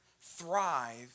Thrive